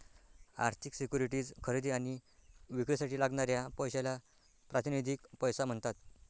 आर्थिक सिक्युरिटीज खरेदी आणि विक्रीसाठी लागणाऱ्या पैशाला प्रातिनिधिक पैसा म्हणतात